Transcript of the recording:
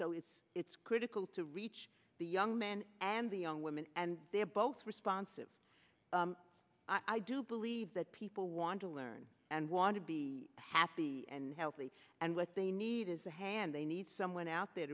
so it's it's critical to reach the young men and the young women and they're both responsive i do believe that people want to learn and want to be happy and healthy and what they need is a hand they need someone out there